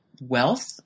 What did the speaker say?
wealth